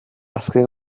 azken